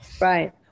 Right